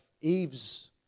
Eve's